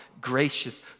gracious